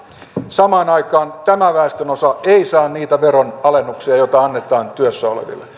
niin samaan aikaan tämä väestönosa ei saa niitä veronalennuksia joita annetaan työssä oleville ja